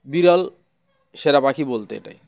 বিরল সেরা পাখি বলতে এটাই